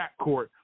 backcourt